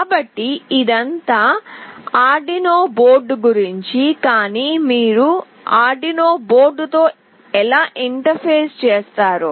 కాబట్టి ఇదంతా Arduino board గురించి కానీ మీరు ఆర్డ్ యునో బోర్డ్తో ఎలా ఇంటర్ఫేస్ చేస్తారు